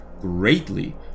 greatly